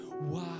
Wow